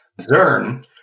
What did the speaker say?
Zern